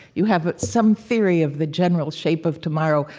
you have some theory of the general shape of tomorrow,